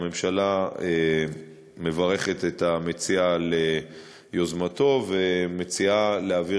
הממשלה מברכת את המציע על יוזמתו ומציעה להעביר